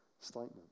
statement